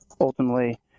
ultimately